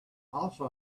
also